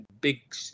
big